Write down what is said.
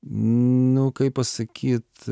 nu kaip pasakyt